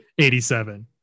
87